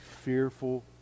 fearful